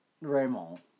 Raymond